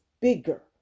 bigger